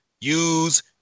use